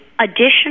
additional